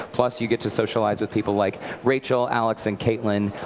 plus you get to socialize with people like rachel, alex, and caitlin,